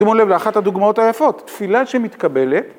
שימו לב לאחת הדוגמאות היפות, תפילה שמתקבלת...